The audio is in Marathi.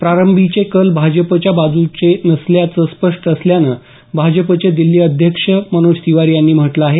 प्रारंभीचे कल भाजपच्या बाज़ुचे नसल्याचं स्पष्ट असल्याचं भाजपचे दिल्ली अध्यक्ष मनोज तिवारी यांनी म्हटलं आहे